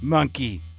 Monkey